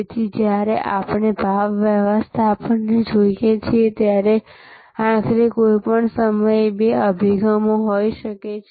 તેથી જ્યારે આપણે ભાવ વ્યવસ્થાપનને જોઈએ ત્યારે આખરે કોઈપણ સમયે બે અભિગમો હોઈ શકે છે